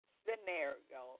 scenario